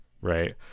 right